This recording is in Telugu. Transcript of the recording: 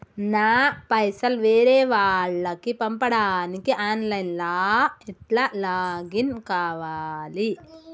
నా పైసల్ వేరే వాళ్లకి పంపడానికి ఆన్ లైన్ లా ఎట్ల లాగిన్ కావాలి?